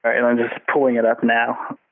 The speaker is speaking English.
ah and i'm just pulling it up now.